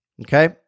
Okay